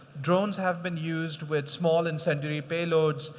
drones have been used with small and century payloads,